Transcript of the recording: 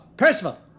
Percival